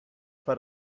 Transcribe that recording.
for